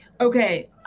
Okay